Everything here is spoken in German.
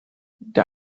der